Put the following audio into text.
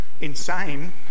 insane